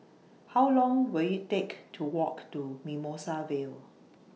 How Long Will IT Take to Walk to Mimosa Vale